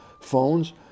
phones